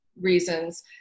reasons